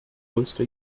größte